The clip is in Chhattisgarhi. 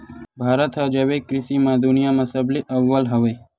भारत हा जैविक कृषि मा दुनिया मा सबले अव्वल हवे